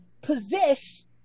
possess